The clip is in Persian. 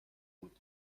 بود